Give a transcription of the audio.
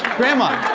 grandma.